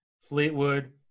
Fleetwood